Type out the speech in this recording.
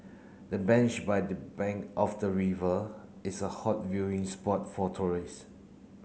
the bench by the bank of the river is a hot viewing spot for tourist